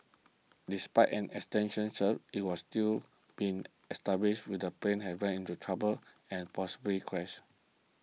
despite an extension search it was still been established with the plane have ran into trouble and possibly crashed